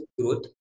growth